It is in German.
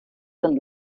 sind